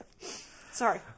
Sorry